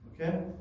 Okay